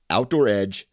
OutdoorEdge